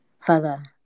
Father